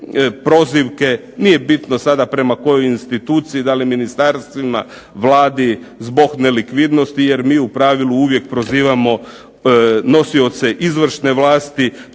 prozivke, nije bitno sada prema kojoj instituciji da li ministarstvima, Vladi zbog nelikvidnosti, jer mi u pravilu uvijek prozivamo nosioce izvršne vlasti,